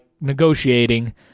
negotiating